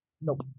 nope